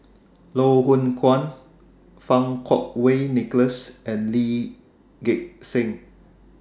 Loh Hoong Kwan Fang Kuo Wei Nicholas and Lee Gek Seng